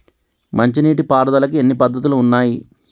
మంచి నీటి పారుదలకి ఎన్ని పద్దతులు ఉన్నాయి?